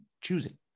choosing